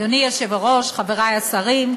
אדוני היושב-ראש, חברי השרים,